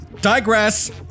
digress